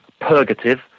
purgative